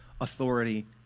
authority